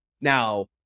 Now